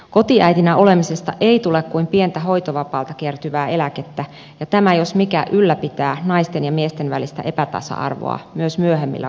kotiäitinä olemisesta ei tule kuin pientä hoitovapaalta kertyvää eläkettä ja tämä jos mikä ylläpitää naisten ja miesten välistä epätasa arvoa myös myöhemmillä vuosilla